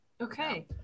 Okay